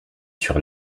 sur